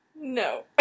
No